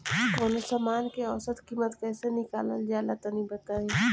कवनो समान के औसत कीमत कैसे निकालल जा ला तनी बताई?